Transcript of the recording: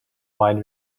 wide